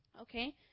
okay